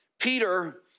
Peter